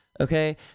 Okay